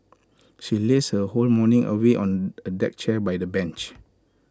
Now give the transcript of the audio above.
she lazed her whole morning away on A deck chair by the bench